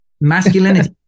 Masculinity